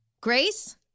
Grace